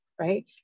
right